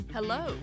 Hello